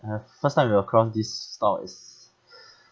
uh first time we across this stock it's